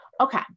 Okay